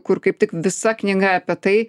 kur kaip tik visa knyga apie tai